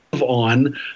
on